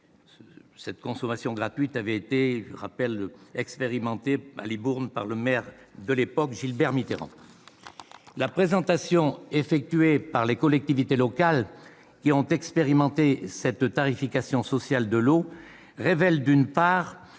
Cette gratuité avait elle-même été expérimentée à Libourne par le maire de l'époque, Gilbert Mitterrand. La présentation effectuée par les collectivités locales qui ont expérimenté cette tarification sociale de l'eau révèle le souci